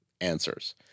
answers